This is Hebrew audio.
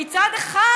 שמצד אחד,